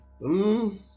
-hmm